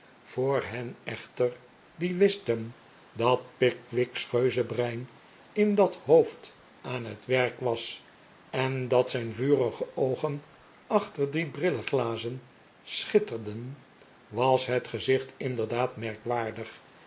voor hen echter die wisten dat pickwcik's reuzenbrein in dat hoofd aan het werk was en dat zijn vurige oogen achter die brilleglazen schitterden was het gezicht inderdaad merkwaardig